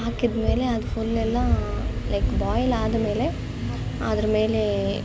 ಹಾಕಿದ್ಮೇಲೆ ಅದು ಫುಲ್ ಎಲ್ಲ ಲೈಕ್ ಬಾಯ್ಲ್ ಆದಮೇಲೆ ಅದ್ರ್ಮೇಲೆ